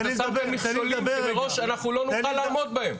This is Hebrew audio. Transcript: אתה שם כאן מכשולים שמראש אנחנו לא נוכל לעמוד בהם.